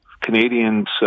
Canadians